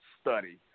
study